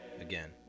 Again